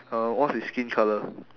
uh what's his skin colour